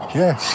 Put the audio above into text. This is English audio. yes